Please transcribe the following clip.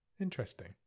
Interesting